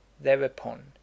Thereupon